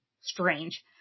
strange